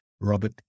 Robert